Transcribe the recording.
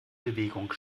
bewegung